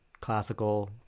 classical